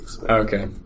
Okay